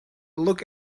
look